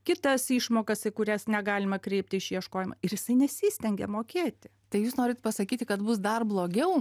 kitas išmokas į kurias negalima kreipti išieškojimą ir jisai nesistengia mokėti tai jūs norit pasakyti kad bus dar blogiau